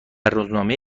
روزنامه